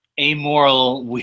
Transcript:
amoral